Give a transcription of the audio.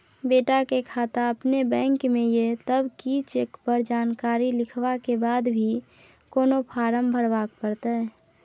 बेटा के खाता अपने बैंक में ये तब की चेक पर जानकारी लिखवा के बाद भी कोनो फारम भरबाक परतै?